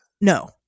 no